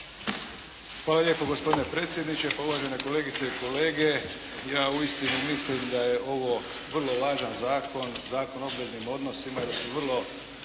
Hvala lijepo. Gospodine predsjedniče, uvažene kolegice i kolege. Ja uistinu mislim da je ovo vrlo važan zakon, Zakon o obveznim odnosima i da su vrlo